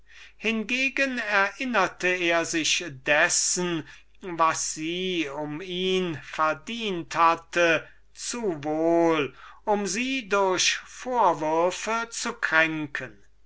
hingegen erinnerte er sich dessen was sie um ihn verdient hatte zu wohl um sie durch vorwürfe zu kränken